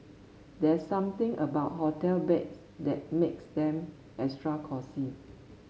there's something about hotel beds that makes them extra cosy